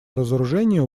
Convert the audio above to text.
разоружению